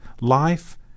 life